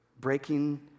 breaking